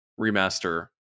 remaster